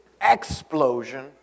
explosion